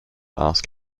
ask